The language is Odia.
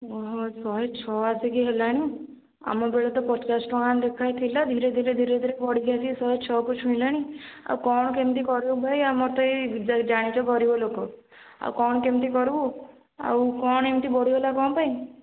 ଓହୋ ଶହେଛଅ ଆସିକି ହେଲାଣି ଆମ ବେଳେ ତ ପଚାଶଟଙ୍କା ଲେଖାଁଏ ଥିଲା ଧୀରେ ଧୀରେ ଧୀରେ ଧୀରେ ବଢ଼ିକି ଆସି ଶହେଛଅ କୁ ଛୁଇଁଲାଣି ଆଉ କ'ଣ କେମତି କରିବୁ ଭାଇ ଆମର ତ ଏଇ ଜାଣିଛ ଗରିବ ଲୋକ ଆଉ କ'ଣ କେମତି କରିବୁ ଆଉ କ'ଣ ଏମତି ବଢ଼ିଗଲା କ'ଣ ପାଇଁ